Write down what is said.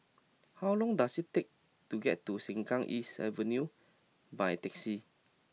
how long does it take to get to Sengkang East Avenue by taxi